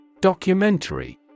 Documentary